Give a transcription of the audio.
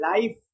life